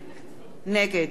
זאב בנימין בגין,